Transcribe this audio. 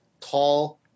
tall